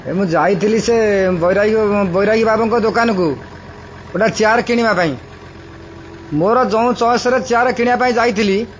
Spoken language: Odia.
ଏ ମୁଁ ଯାଇଥିଲି ସେ ବୈରାଗୀ ବାବୁଙ୍କ ଦୋକାନକୁ ଗୋଟେ ଚେୟାର୍ କିଣିବା ପାଇଁ ମୋର ଯେଉଁ ଚଏସ୍ରେ ଚେୟାର୍ କିଣିବା ପାଇଁ ଯାଇଥିଲି